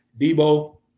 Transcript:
Debo